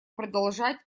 продолжать